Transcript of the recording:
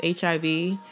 HIV